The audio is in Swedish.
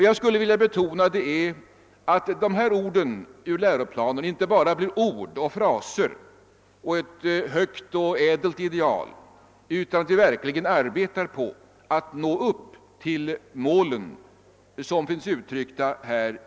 Jag vill betona att dessa ord ur läroplanen inte bara får bli ord och fraser och ett högt och ädelt ideal, utan vi måste verkligen arbeta på att nå upp till de mål som där finns uttryckta.